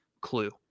clue